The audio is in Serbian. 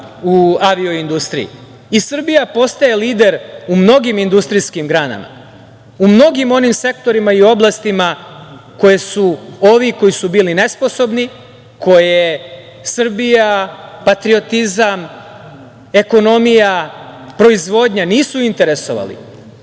u avio-industriji. Srbija postaje lider u mnogim industrijskim granama, u mnogim onim sektorima i oblastima koje su ovi koji su bili nesposobni, koje Srbija, patriotizam, ekonomija, proizvodnja nisu interesovali,